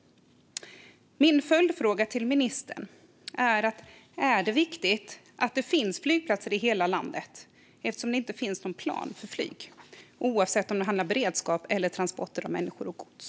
Min följdfråga till ministern är om det är viktigt att det finns flygplatser i hela landet eftersom det inte finns någon plan för flyg, oavsett om det handlar om beredskap eller transporter av människor och gods.